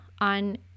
on